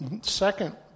Second